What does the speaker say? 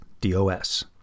DOS